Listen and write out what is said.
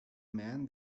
man